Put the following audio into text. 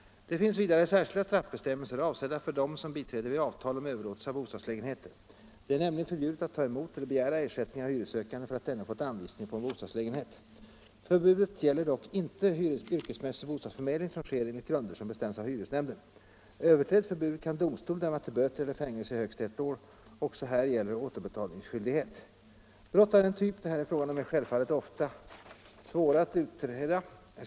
Det finns vidare särskilda straffbestämmelser avsedda för dem som biträder vid avtal om överlåtelse av bostadslägenheter. Det är nämligen förbjudet att ta emot eller begära ersättning av hyressökande för att denne fått anvisning på en bostadslägenhet. Förbudet gäller dock inte yrkesmässig bostadsförmedling som sker enligt grunder som bestäms av hyresnämnden. Överträds förbudet kan domstol döma till böter eller fängelse i högst ett år. Också här gäller återbetalningsskyldighet. Brott av den typ det här är fråga om är självfallet ofta svåra att utreda.